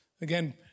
Again